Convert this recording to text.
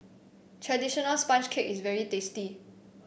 traditional sponge cake is very tasty